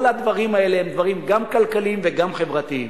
כל הדברים האלה הם דברים גם כלכליים וגם חברתיים.